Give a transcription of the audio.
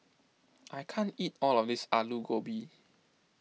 I can't eat all of this Aloo Gobi